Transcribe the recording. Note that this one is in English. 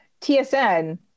TSN